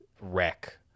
Wreck